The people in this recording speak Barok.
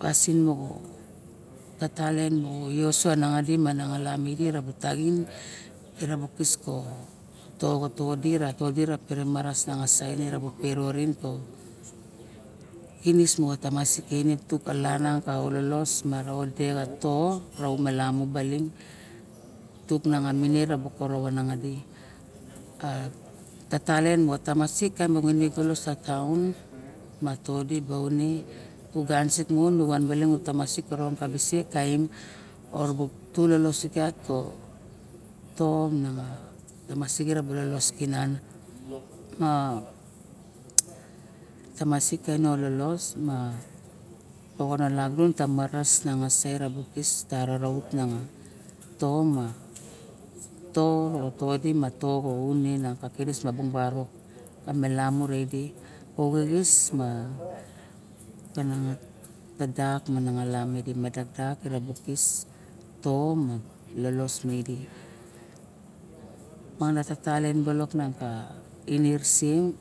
Pasin moxo tatalien mo iyoso nangadi mana nangala taxin ireba kis ka toxo todi pere maras a saen mo vereorin kinis mo tamadi te i tuk ka lanang ka lolos maro dexa to ra au malamu baling tut nang a miniset erobo korop a nangadi a tatalen ka tamasik taem mong ni ogulus ka taon ma todi xa aune u gan sik mon nu wan baling ka tamsik koaong ka bisik orobu ru lolos sigiat mo to miang a tamasik kabu lolos sigiat mo to miang a tamasik kino lolos ma oxono lagunon ta maras ra erabu kis me raraut ma to ma to moxo to di ma to moxo aune na ka kinis ka barok ka melamu re eida a xixis ma kanang a tadak ma mangala mide ma tadar ma dakdak ma bung i lolos manga talen a ingirising ka